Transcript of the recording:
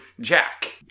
jack